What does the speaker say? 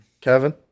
Kevin